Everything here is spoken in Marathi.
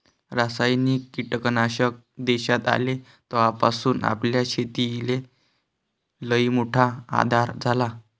रासायनिक कीटकनाशक देशात आले तवापासून आपल्या शेतीले लईमोठा आधार झाला